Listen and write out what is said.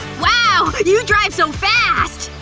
wow! you drive so fast!